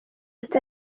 ati